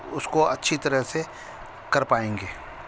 اس کو اچھی طرح سے کر پائیں گے